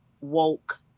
woke